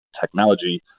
technology